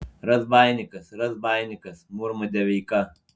razbaininkas razbaininkas murma deveika